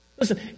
Listen